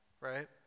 right